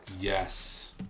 Yes